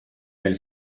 neil